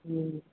हूँ